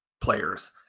players